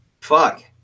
fuck